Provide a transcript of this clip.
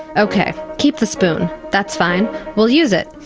ok, keep the spoon, that's fine we'll use it.